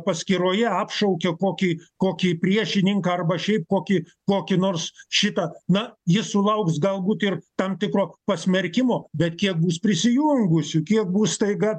paskyroje apšaukė kokį kokį priešininką arba šiaip kokį kokį nors šitą na jis sulauks galbūt ir tam tikro pasmerkimo bet kiek bus prisijungusių kiek bus staiga